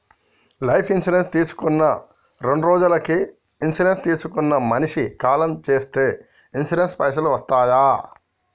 Life insurance తీసుకున్న రెండ్రోజులకి insurance తీసుకున్న మనిషి కాలం చేస్తే ఇన్సూరెన్స్ పైసల్ వస్తయా?